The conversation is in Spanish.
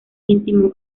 íntimo